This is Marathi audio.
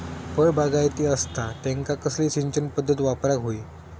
फळबागायती असता त्यांका कसली सिंचन पदधत वापराक होई?